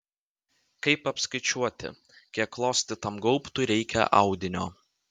kaip apskaičiuoti kiek klostytam gaubtui reikia audinio